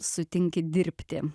sutinki dirbti